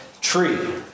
tree